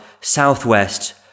southwest